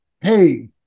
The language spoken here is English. Hey